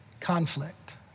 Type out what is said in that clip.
conflict